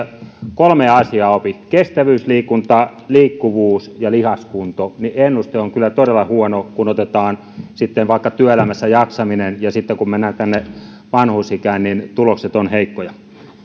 kolmea asiaa opi kestävyysliikunta liikkuvuus ja lihaskunto niin ennuste on kyllä todella huono kun otetaan vaikka työelämässä jaksaminen ja sitten kun mennään tänne vanhusikään niin tulokset ovat heikkoja